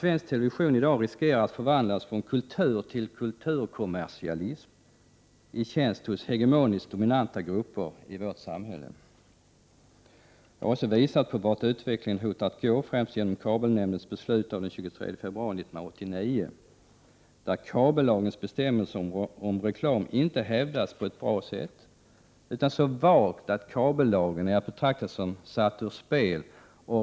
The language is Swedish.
Svensk television riskerar i dag att förvandlas från kultur till kulturkommersialism i tjänst hos hegemonistiskt dominanta grupper i vårt samhälle. Jag har också visat på vart utvecklingen hotar att gå. Det gäller främst kabelnämndens beslut av den 23 februari 1989, där kabellagens bestämmelser om reklam inte hävdats på ett bra sätt, utan så vagt att kabellagen är att betrakta som satt ur spel.